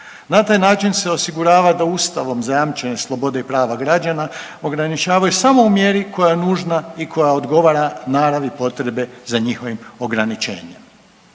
Na taj način se osigurava da Ustavom zajamčene slobode i prava građana ograničavaju samo u mjeri koja je nužna i koja odgovara naravi potrebe za njihovim ograničenjem.